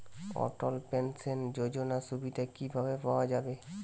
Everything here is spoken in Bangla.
অটল পেনশন যোজনার সুবিধা কি ভাবে পাওয়া যাবে?